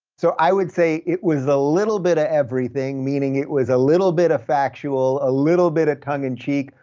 so i would say it was a little bit of everything, meaning it was a little bit of factual, a little bit of tongue in cheek,